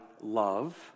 love